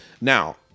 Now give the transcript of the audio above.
Now